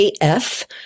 AF